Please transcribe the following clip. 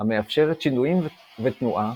המאפשרת שינויים ותנועה,